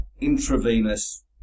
intravenous